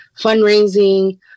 fundraising